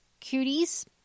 cuties